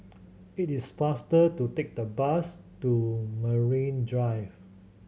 it is faster to take the bus to Marine Drive